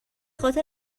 خاطر